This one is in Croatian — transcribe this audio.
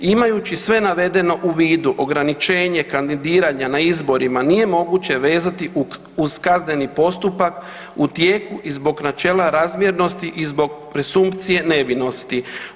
Imajući sve navedeno u vidu ograničenje kandidiranja na izborima nije moguće vezati uz kazneni postupak u tijeku i zbog načela razmjernosti i zbog presumpcije nevinosti.